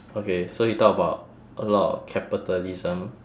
okay so he talk about a lot of capitalism